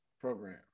program